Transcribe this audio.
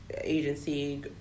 agency